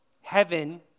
Heaven